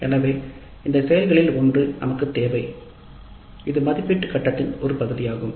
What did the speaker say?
எனவே இந்த செயல்களில் ஒன்று நமக்குத் தேவை அது மதிப்பீட்டு கட்டத்தின் ஒரு பகுதியாகும்